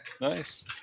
Nice